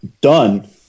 done